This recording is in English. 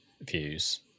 views